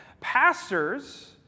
pastors